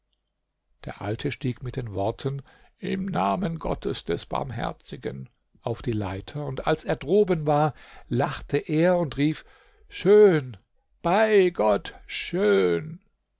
der alte stieg mit den worten im namen gottes des barmherzigen auf die leiter und als er droben war lachte er und rief schön bei gott schön